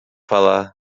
falar